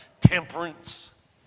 temperance